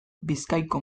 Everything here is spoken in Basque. bizkaiko